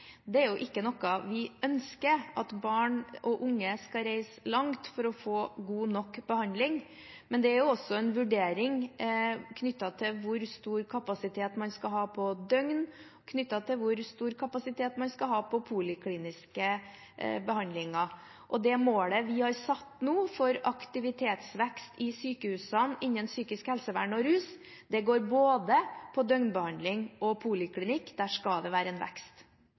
At barn og unge skal reise langt for å få god nok behandling, er ikke noe vi ønsker, men det er også en vurdering knyttet til hvor stor kapasitet man skal ha på døgnbehandling, og knyttet til hvor stor kapasitet man skal ha på poliklinisk behandling. Det målet vi har satt nå for aktivitetsvekst i sykehusene innen psykisk helsevern og rus, går både på døgnbehandling og på poliklinikk. Der skal det være en vekst.